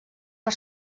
per